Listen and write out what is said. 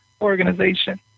organization